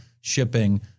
shipping